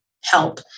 help